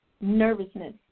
nervousness